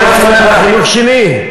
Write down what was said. אתה לא סומך על החינוך שלי?